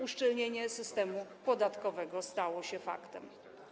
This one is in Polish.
Uszczelnienie systemu podatkowego stało się faktem.